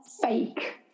fake